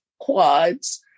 quads